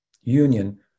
union